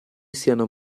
siano